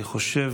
אני חושב